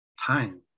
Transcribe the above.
time